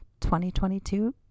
2022